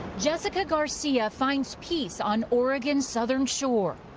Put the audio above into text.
jessica garcia finds peace on oregon's southern shore